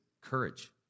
courage